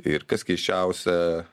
ir kas keisčiausia